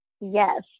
Yes